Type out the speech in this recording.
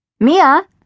Mia